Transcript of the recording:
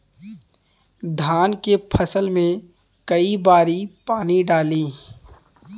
धान के फसल मे कई बारी पानी डाली?